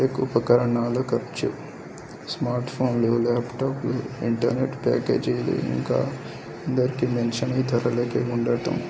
tech ఉపకరణాలు ఖర్చు smart ఫోన్లు ల్యాప్టాప్లు ఇంటర్నెట్ ప్యాకేజీలు ఇంకా అందరికీ మెన్షన్ అయ్యే ధరలకే ఉండడం